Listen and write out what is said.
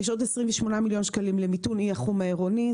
יש עוד 28 מיליון שקלים למיתון אי החום העירוני.